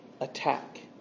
attack